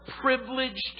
privileged